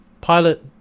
Pilot